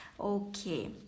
okay